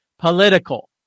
political